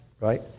right